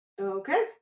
Okay